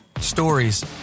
Stories